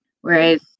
Whereas